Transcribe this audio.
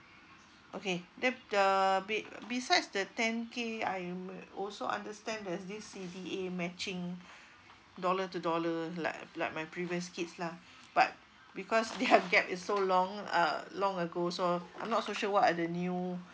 okay then the be~ besides the ten K I'm also understand there's this C_D_A matching dollar to dollars like like my previous kids lah but because their have gap is so long uh long ago so I'm not so sure what are the new